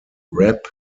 rap